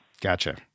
Gotcha